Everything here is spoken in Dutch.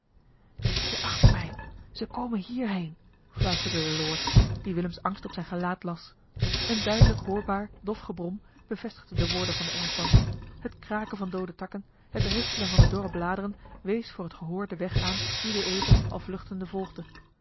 dek je achter mij ze komen hier heen fluisterde de lord die willems angst op zijn gelaat las een duidelijk hoorbaar dof gebrom bevestigde de woorden van den engelschman het kraken van doode takken het ritselen van de dorre bladeren wees voor het gehoor den weg aan dien de ever al vluchtende volgde